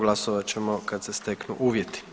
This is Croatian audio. Glasovat ćemo kad se steknu uvjeti.